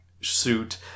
suit